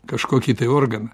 kažkokį tai organą